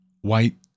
white